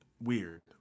weird